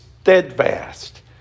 steadfast